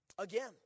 Again